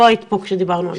לא היית פה כשדיברנו על זה.